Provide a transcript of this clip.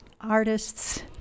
artists